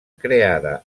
creada